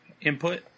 input